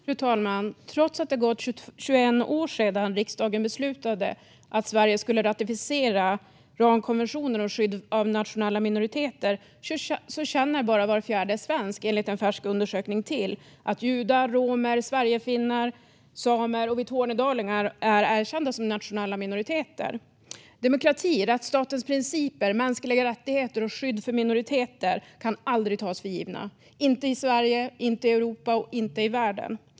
Fru talman! Trots att det har gått 21 år sedan riksdagen beslutade att Sverige skulle ratificera ramkonventionen om skydd av nationella minoriteter känner enligt en färsk undersökning bara var fjärde svensk till att judar, romer, sverigefinnar, samer och vi tornedalingar är erkända som nationella minoriteter. Demokrati, rättsstatens principer, mänskliga rättigheter och skydd för minoriteter kan aldrig tas för givna - inte i Sverige, inte i Europa och inte i världen.